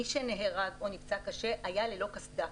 מי שנהרג או נפצע קשה היה ללא קסדה,